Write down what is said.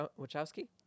Wachowski